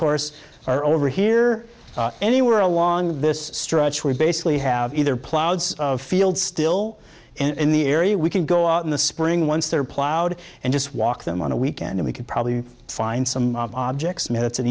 course or over here anywhere along this stretch we basically have either plowed field still in the area we can go out in the spring once they're plowed and just walk them on a weekend we could probably find some objects minutes an